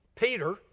Peter